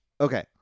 okay